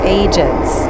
agents